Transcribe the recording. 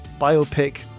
biopic